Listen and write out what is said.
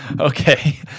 okay